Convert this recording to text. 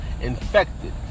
infected